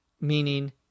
meaning